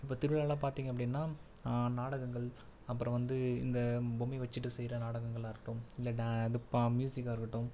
இப்போ திருவிழாவெல்லாம் பார்த்தீங்க அப்படின்னா நாடகங்கள் அப்புறம் வந்து இந்த பொம்மை வைச்சுட்டு செய்கிற நாடகங்களாக இருக்கட்டும் இல்லை டான் இந்த பாம் மியூசிக்காக இருக்கட்டும்